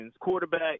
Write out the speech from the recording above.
quarterback